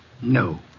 No